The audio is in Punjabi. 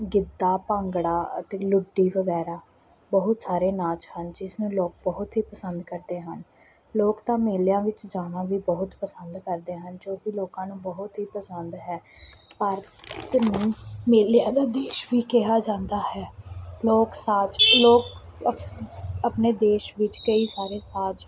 ਗਿੱਦਾ ਭੰਗੜਾ ਅਤੇ ਲੁੱਡੀ ਵਗੈਰਾ ਬਹੁਤ ਸਾਰੇ ਨਾਚ ਹਨ ਜਿਸਨੂੰ ਲੋਕ ਬਹੁਤ ਹੀ ਪਸੰਦ ਕਰਦੇ ਹਨ ਲੋਕ ਤਾਂ ਮੇਲਿਆਂ ਵਿੱਚ ਜਾਣਾ ਵੀ ਬਹੁਤ ਪਸੰਦ ਕਰਦੇ ਹਨ ਜੋ ਕਿ ਲੋਕਾਂ ਨੂੰ ਬਹੁਤ ਹੀ ਪਸੰਦ ਹੈ ਭਾਰਤ ਨੂੰ ਮੇਲਿਆਂ ਦਾ ਦੇਸ਼ ਵੀ ਕਿਹਾ ਜਾਂਦਾ ਹੈ ਲੋਕ ਸਾਜ ਲੋਕ ਅਪ ਆਪਣੇ ਦੇਸ਼ ਵਿੱਚ ਕਈ ਸਾਰੇ ਸਾਜ